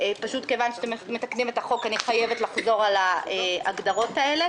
פשוט מכיוון שאתם מתקנים את החוק אני חייבת לחזור על ההגדרות האלה.